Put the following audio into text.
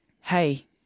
hey